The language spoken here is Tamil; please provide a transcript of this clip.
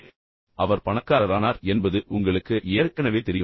பின்னர் அவர் பணக்காரரானார் என்பது உங்களுக்கு ஏற்கனவே தெரியும்